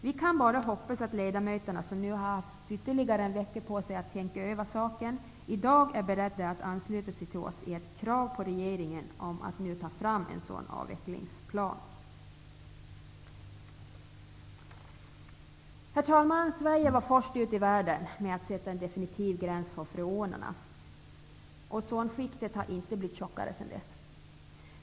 Vi kan bara hoppas att ledamöterna, som nu har haft ytterligare en vecka på sig att tänka över saken, i dag är beredda att ansluta sig till oss i ett krav på regeringen om att nu ta fram en sådan avvecklingsplan. Herr talman! Sverige var först ut i världen med att sätta en definitiv gräns för freonerna. Ozonskiktet har inte blivit tjockare sedan dess.